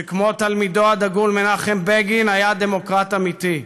שכמו תלמידו הדגול מנחם בגין היה דמוקרט אמיתי.